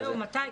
תגיד מתי.